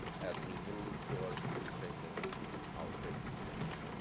as we move toward reshaping our faith community.